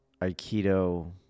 Aikido